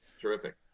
Terrific